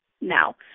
now